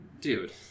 Dude